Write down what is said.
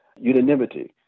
unanimity